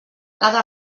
cada